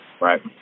Right